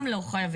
גם לא חייבים.